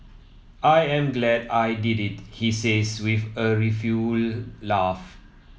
I am glad I did it he says with a rueful laugh